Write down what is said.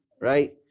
right